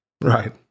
Right